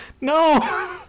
No